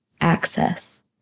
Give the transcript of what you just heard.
access